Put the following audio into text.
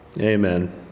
Amen